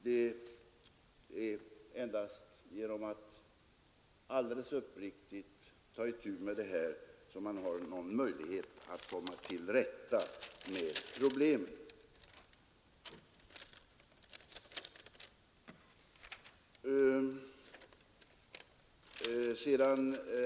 Det är endast genom att uppriktigt ta itu med det här som man har någon möjlighet att komma till rätta med problemen.